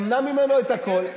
תמנע ממנו את הכול.